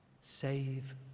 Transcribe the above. Save